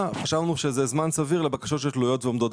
חשבנו שזה זמן סביר לבקשות שתלויות ועומדות.